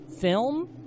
film